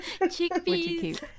chickpeas